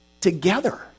together